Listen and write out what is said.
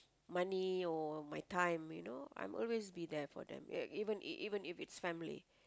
money or my time you know I'll always be there for them yeah even if even I it's family